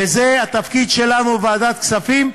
וזה התפקיד שלנו בוועדת כספים,